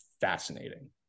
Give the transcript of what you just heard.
fascinating